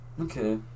Okay